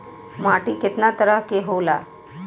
माटी केतना तरह के होला?